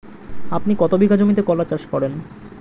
আপনি কত বিঘা জমিতে কলা চাষ করেন?